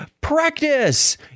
practice